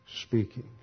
speaking